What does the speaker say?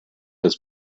des